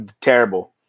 Terrible